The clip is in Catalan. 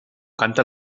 canta